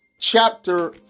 chapter